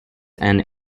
and